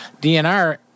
DNR